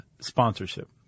sponsorship